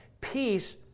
Peace